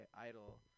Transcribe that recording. idol